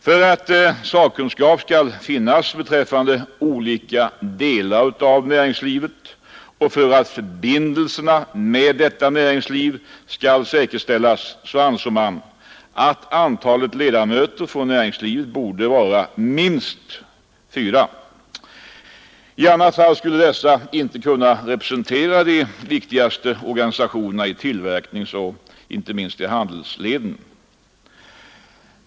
För att sakkunskap skall finnas beträffande olika delar av näringslivet och för att förbindelserna med näringslivet skall säkerställas ansåg man att antalet ledamöter från näringslivet borde vara minst fyra. I annat fall skulle dessa inte kunna representera de viktigaste organisationerna i tillverkningsoch inte minst handelsleden.